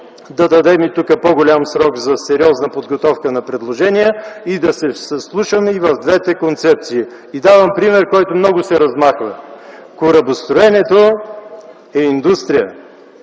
да дадем по голям срок за сериозна подготовка на предложенията, като се вслушаме и в двете концепции. Давам пример, който много се размахва: корабостроенето е индустрия,